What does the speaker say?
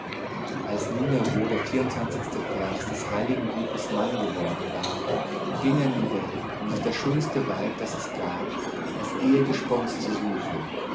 als nunmehro der vierundzwanzigste vers des heiligen buches mann geworden war ging er in die welt um sich das schönste weib das es gab als ehegespons zu suchen